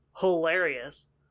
hilarious